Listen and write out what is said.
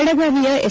ಬೆಳಗಾವಿಯ ಎಸ್